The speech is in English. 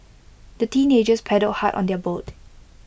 the teenagers paddled hard on their boat